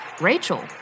Rachel